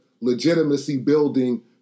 legitimacy-building